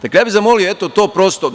Dakle, ja bih zamolio eto to.